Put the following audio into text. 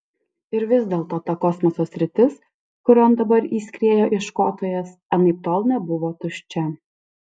ir vis dėlto ta kosmoso sritis kurion dabar įskriejo ieškotojas anaiptol nebuvo tuščia